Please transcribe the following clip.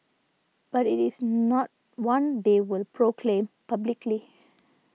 but it is not one they will proclaim publicly